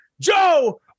Joe